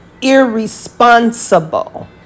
irresponsible